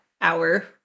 hour